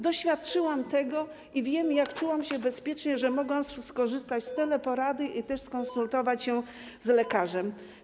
Doświadczyłam tego i wiem, jak czułam się bezpiecznie, że mogłam skorzystać z teleporady i skonsultować się z lekarzem.